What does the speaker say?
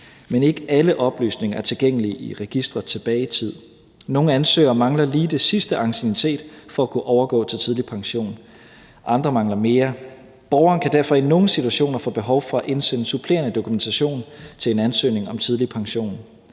Men ikke alle oplysninger er tilgængelige i registeret tilbage i tid. Nogle ansøgere mangler lige den sidste anciennitet for at kunne overgå til tidlig pension, mens andre mangler mere. Borgeren kan derfor i nogle situationer få behov for at indsende supplerende dokumentation til en ansøgning om tidlig pension.